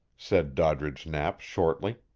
said doddridge knapp shortly.